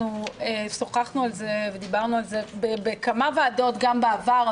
שוחחנו על זה בכמה ועדות גם בעבר,